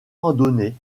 randonnées